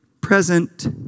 Present